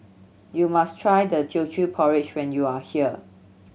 you must try Teochew Porridge when you are here